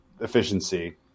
efficiency